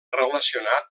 relacionat